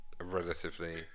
relatively